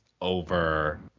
over